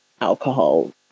alcohol